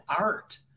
art